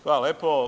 Hvala lepo.